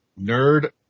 nerd